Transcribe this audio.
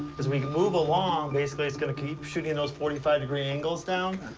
as we move along, basically it's gonna keep shooting those forty five degree angles down.